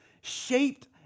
shaped